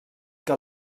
que